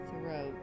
throat